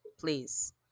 Please